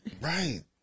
Right